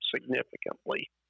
significantly